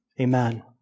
Amen